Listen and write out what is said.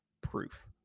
proof